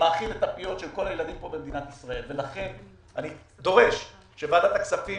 אני דורש שוועדת הכספים